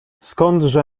skądże